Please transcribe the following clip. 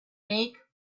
make